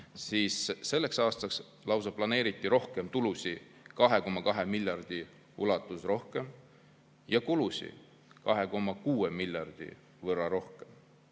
siis selleks aastaks planeeriti rohkem tulusid 2,2 miljardi ulatuses ja kulusid 2,6 miljardi võrra rohkem.